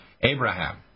Abraham